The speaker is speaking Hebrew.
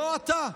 לא אתה,